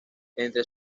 entre